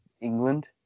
England